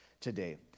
today